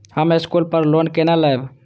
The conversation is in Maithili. हम स्कूल पर लोन केना लैब?